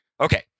Okay